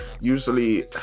usually